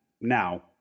Now